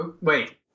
Wait